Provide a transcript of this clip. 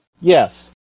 Yes